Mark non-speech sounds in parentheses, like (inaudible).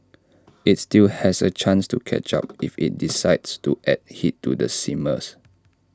IT still has A chance to catch up (noise) if IT decides to add heat to the simmer